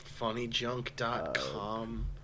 FunnyJunk.com